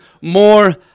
more